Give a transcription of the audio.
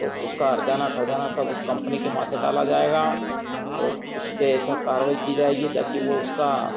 तो उसका हरजाना खरजाना सब उस कंपनी के माथे डाला जाएगा और उसपे ऐसा कारवाई की जाएगी ताकि वो उसका